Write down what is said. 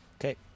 Okay